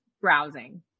browsing